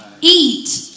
eat